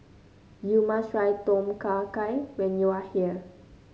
you must try Tom Kha Gai when you are here